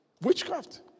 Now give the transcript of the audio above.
witchcraft